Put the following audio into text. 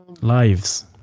lives